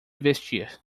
vestir